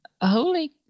Holy